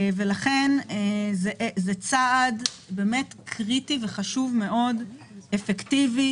זה צעד קריטי וחשוב מאוד, אפקטיבי